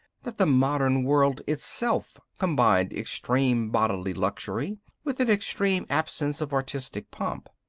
that the modern world itself combined extreme bodily luxury with an extreme absence of artistic pomp.